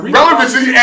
relevancy